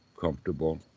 comfortable